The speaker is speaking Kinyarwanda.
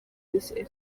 police